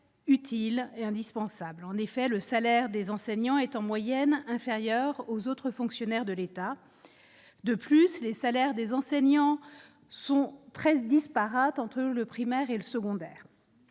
utile et indispensable, en effet, le salaire des enseignants est en moyenne inférieur aux autres fonctionnaires de l'État, de plus, les salaires des enseignants sont 13 disparates entre le primaire et le secondaire,